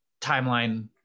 timeline